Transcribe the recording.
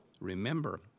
remember